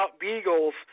beagles